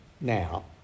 now